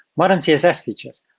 modern css features,